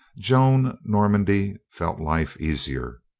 joan normandy felt life easier.